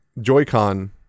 Joy-Con